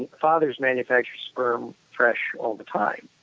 and fathers manufacture sperm fresh all the time.